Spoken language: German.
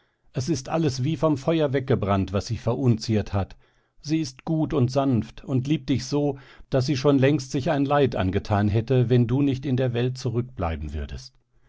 es ist alles wie vom feuer weggebrannt was sie verunziert hat sie ist gut und sanft und liebt dich so daß sie schon längst sich ein leid angetan hätte wenn du nicht in der welt zurückbleiben würdest